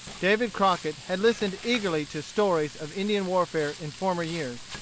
david crockett had listened eagerly to stories of indian warfare in former years,